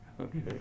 Okay